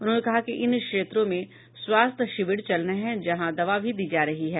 उन्होंने कहा कि इन क्षेत्रों में स्वास्थ्य शिविर चल रहे हैं जहां दवा भी दी जा रही है